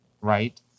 right